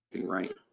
right